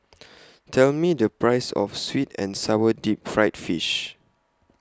Tell Me The Price of Sweet and Sour Deep Fried Fish